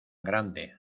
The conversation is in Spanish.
grande